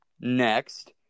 Next